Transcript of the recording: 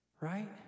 right